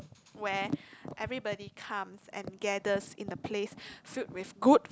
where everybody comes and gathers in a place filled with good